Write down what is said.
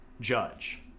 judge